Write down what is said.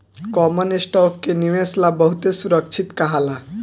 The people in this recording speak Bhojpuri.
कॉमन स्टॉक के निवेश ला बहुते सुरक्षित कहाला